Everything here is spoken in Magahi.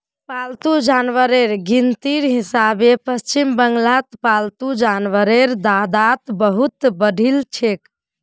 पालतू जानवरेर गिनतीर हिसाबे पश्चिम बंगालत पालतू जानवरेर तादाद बहुत बढ़िलछेक